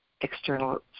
external